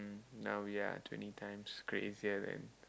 now we are twenty times crazier than